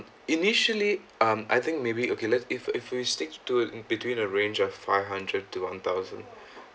initially um I think maybe okay let's if if we stick to in between a range of five hundred to one thousand